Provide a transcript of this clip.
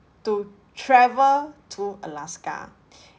to travel to alaska